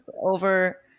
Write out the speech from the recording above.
over